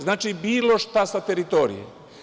Znači, bilo šta sa teritorije.